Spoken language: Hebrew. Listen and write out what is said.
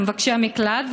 למבקשי המקלט,